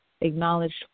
acknowledged